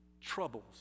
troubles